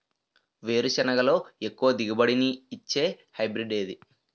వేరుసెనగ లో ఎక్కువ దిగుబడి నీ ఇచ్చే హైబ్రిడ్ ఏది?